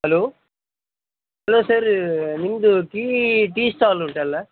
hello ಲೋ sir ನಿಮ್ಮದು tea tea stall ಉಂಟಲ್ಲ